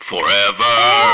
forever